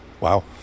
Wow